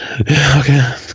Okay